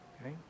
okay